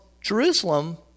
Jerusalem